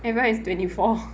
everyone is twenty four